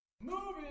moving